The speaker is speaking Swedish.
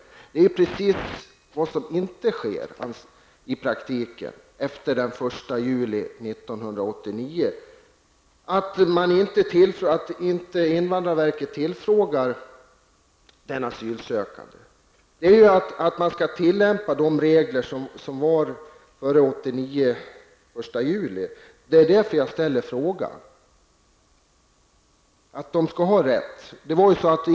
Enligt min mening är detta vad som i praktiken inte sker efter den 1 juli 1989. Invandrarverket tillfrågar inte den asylsökande och tillämpar inte de regler som gällde före den 1 juli 1989. Detta var anledningen till att jag ställde frågan. De asylsökande bör alltså ha den här rätten.